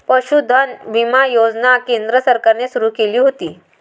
पशुधन विमा योजना केंद्र सरकारने सुरू केली होती